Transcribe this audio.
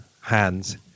hands